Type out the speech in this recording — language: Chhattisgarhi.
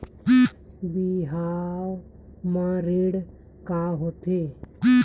बिहाव म ऋण का होथे?